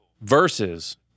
Versus